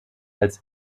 als